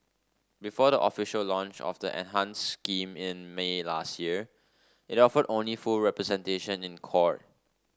before the official launch of the enhanced scheme in May last year it offered only full representation in court